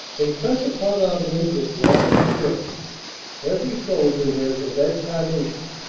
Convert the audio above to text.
they press upon our men with wine and gifts every soldier wears a red carnation,